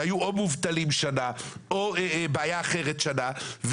שהיו מובטלים שנה או בעיה אחרת שנה,